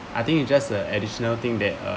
I think it just a additional thing that uh